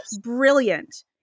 brilliant